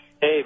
Hey